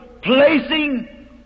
placing